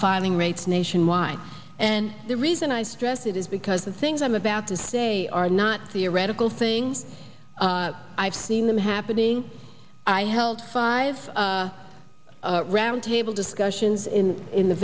filing rates nationwide and the reason i stress it is because the things i'm about to say are not theoretical thing i've seen them happening i held five roundtable discussions in in the